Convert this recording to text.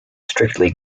strictly